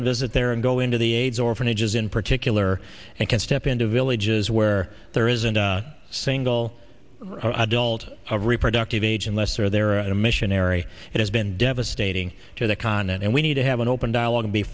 and visit there and go into the aids orphanages in particular and can step into villages where there isn't a single adult of reproductive age unless they are there and a missionary it has been devastating to the continent and we need to have an open dialogue and be